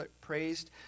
praised